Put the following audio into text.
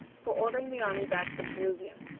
for ordering the army back from pelusium.